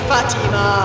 Fatima